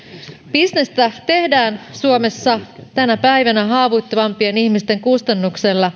bisnestä tehdään suomessa tänä päivänä haavoittuvampien ihmisten kustannuksella